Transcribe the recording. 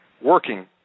working